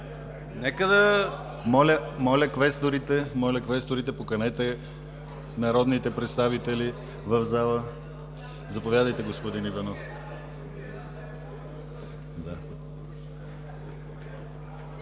ГЛАВЧЕВ: Моля, квесторите, поканете народните представители в залата. Заповядайте, господин Иванов.